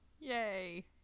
yay